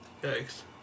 Thanks